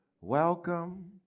Welcome